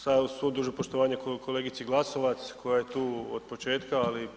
Sa, uz svo dužno poštovanje kolegici Glasovac koja je tu od početka, ali